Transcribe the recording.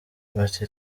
bati